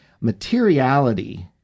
materiality